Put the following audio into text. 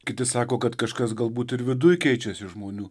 kiti sako kad kažkas galbūt ir viduj keičiasi žmonių